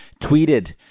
tweeted